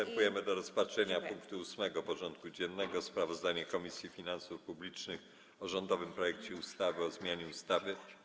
Przystępujemy do rozpatrzenia punktu 8. porządku dziennego: Sprawozdanie Komisji Finansów Publicznych o rządowym projekcie ustawy o zmianie ustawy.